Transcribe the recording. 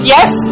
Yes